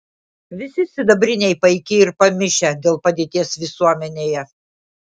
visi sidabriniai paiki ir pamišę dėl padėties visuomenėje